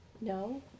No